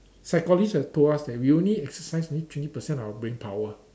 psychologist have told us that we only exercise only twenty percent of our brain power